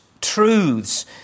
truths